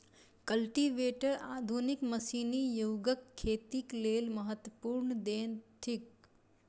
cultivator आधुनिक मशीनी युगक खेतीक लेल महत्वपूर्ण देन थिक